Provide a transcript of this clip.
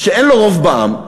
שאין לו רוב בעם,